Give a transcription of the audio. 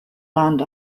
land